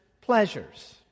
pleasures